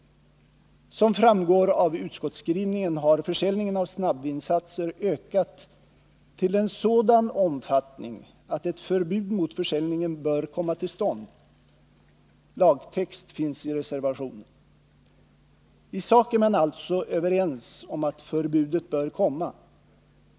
Som framgår av utskottsskrivningen har försäljningen av snabbvinsatser ökat till en sådan omfattning att ett förbud mot försäljningen bör komma till stånd — lagtext finns i reservationen. I sak är man alltså överens om att förbudet bör komma.